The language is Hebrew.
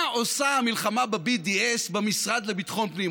מה עושה המלחמה ב-BDS במשרד לביטחון פנים?